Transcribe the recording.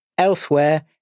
Elsewhere